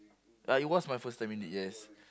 ya it was my first time in it yes